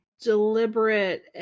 deliberate